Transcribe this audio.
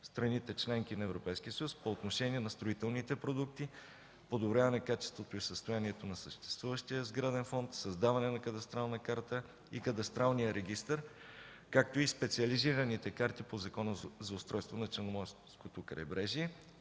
страните – членки на Европейския съюз, по отношение на строителните продукти, подобряване качеството и състоянието на съществуващия сграден фонд, създаване на кадастрална карта и кадастралния регистър, както и специализираните карти по Закона за устройство на Черноморското крайбрежие,